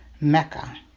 Mecca